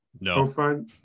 No